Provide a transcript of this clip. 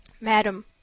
Madam